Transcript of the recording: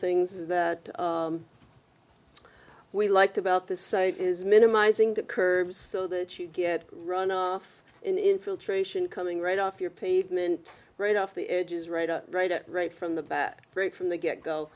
things that we liked about this site is minimizing the curves so that you get run off an infiltration coming right off your pavement right off the edges right right at right from the great from the get go